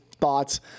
thoughts